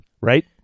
Right